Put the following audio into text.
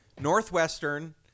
Northwestern